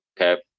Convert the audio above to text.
okay